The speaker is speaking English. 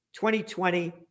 2020